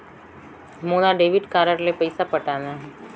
मोला debit card ले पइसा पटाना हे?